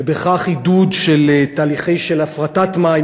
ובכך עידוד של תהליכי הפרטת מים,